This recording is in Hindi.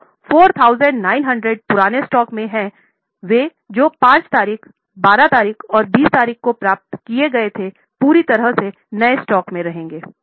तो 4900 पुराने स्टॉक में है वे जो 5 तारीख 12 तारीख और 20 तारीख को प्राप्त किए गए थे पूरी तरह से नए स्टॉक में रहेंगे